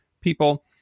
people